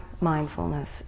mindfulness